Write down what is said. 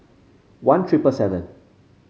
one triple seven